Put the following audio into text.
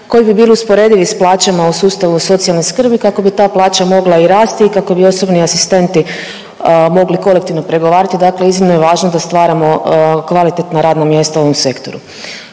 koji bi bili usporedivi s plaćama u sustavu socijalne skrbi kako bi ta plaća mogla i rasti i kako bi osobni asistenti mogli kolektivno pregovarati. Dakle, iznimno je važno da stvaramo kvalitetna radna mjesta u ovom sektoru.